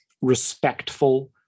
respectful